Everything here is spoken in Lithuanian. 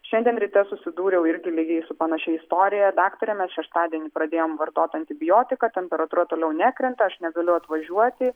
šiandien ryte susidūriau irgi lygiai su panašia istorija daktare mes šeštadienį pradėjom vartot antibiotiką temperatūra toliau nekrenta aš negaliu atvažiuoti